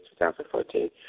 2014